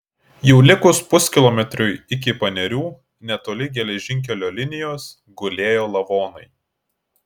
jau likus puskilometriui iki panerių netoli geležinkelio linijos gulėjo lavonai